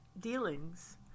dealings